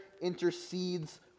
intercedes